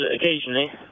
occasionally